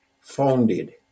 founded